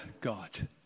God